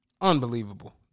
Unbelievable